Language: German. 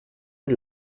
und